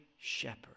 shepherd